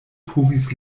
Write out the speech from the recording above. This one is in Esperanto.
povis